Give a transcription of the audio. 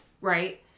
right